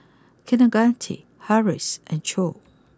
Kaneganti Haresh and Choor